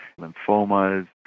lymphomas